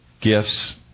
gifts